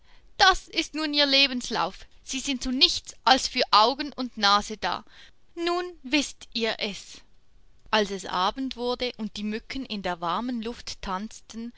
das ist nun ihr lebenslauf sie sind zu nichts als für augen und nase da nun wißt ihr es als es abend wurde und die mücken in der warmen luft tanzten